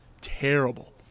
Terrible